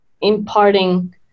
imparting